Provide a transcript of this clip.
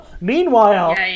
Meanwhile